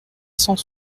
cent